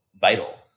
vital